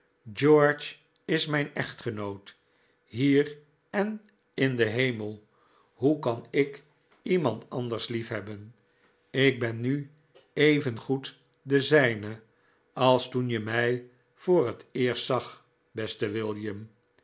george is mijn echtgenoot hier en in den hemel hoe kan ik iemand anders lief hebben ik ben nu evengoed de zijne als toen je mij voor het eerst zag beste william